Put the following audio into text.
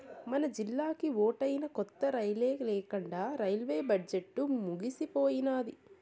మనజిల్లాకి ఓటైనా కొత్త రైలే లేకండా రైల్వే బడ్జెట్లు ముగిసిపోయినాది